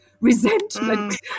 resentment